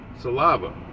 saliva